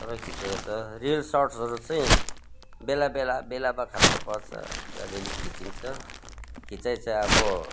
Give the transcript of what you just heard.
सबै खिचेको छ रिल्स सर्ट्सहरू चाहिँ बेला बेला बेला बखतमा पर्छ त्यो अलिअलि खिचिन्छ खिचाइ चाहिँ अब